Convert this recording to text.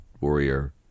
warrior